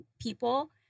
people